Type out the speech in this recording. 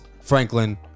Franklin